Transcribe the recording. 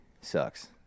sucks